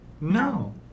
No